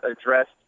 addressed